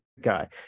guy